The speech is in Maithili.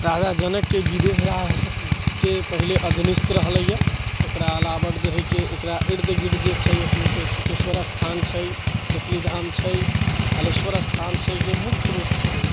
राजा जनक के बिदेह राज के पहिले अधिनिस्त रहलैए एकरा अलावा जे हय एकरा इर्द गिर्द जे छै अपने के कुशेश्वर स्थान छै डिप्ली धाम छै हालेश्वर स्थान छै जे मुख्य रूपसँ